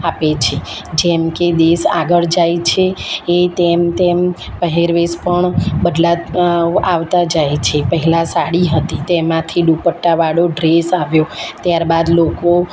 આપે છે જેમકે દેશ આગળ જાય છે એ તેમ તેમ પહેરવેશ પણ આવતા જાય છે પહેલાં સાડી હતી તેમાંથી દુપટ્ટાવાળો ડ્રેસ આવ્યો ત્યાર બાદ લોકો